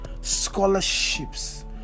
scholarships